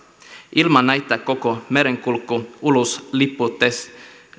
ilman näitä koko merenkulku ulosliputettaisiin